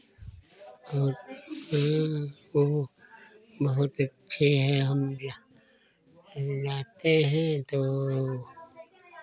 और वो बहुत अच्छे हैं हम जा हम जाते हैं तो